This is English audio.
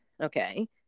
okay